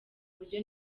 buryo